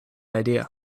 idea